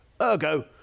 Ergo